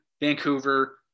Vancouver